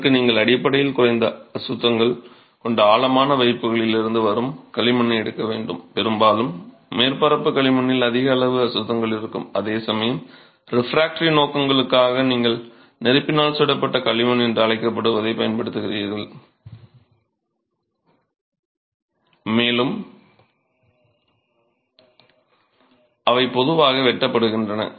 இதற்கு நீங்கள் அடிப்படையில் குறைந்த அசுத்தங்கள் கொண்ட ஆழமான வைப்புகளிலிருந்து வரும் களிமண்ணை எடுக்க வேண்டும் பெரும்பாலும் மேற்பரப்பு களிமண்ணில் அதிக அளவு அசுத்தங்கள் இருக்கும் அதேசமயம் ரிஃப்ராக்டரி நோக்கங்களுக்காக நீங்கள் நெருப்பினால் சுடப்பட்ட களிமணை பயன்படுத்துகிறீர்கள் மேலும் அவை பொதுவாக ஆழத்தில் வெட்டப்படுகின்றன